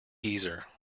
geezer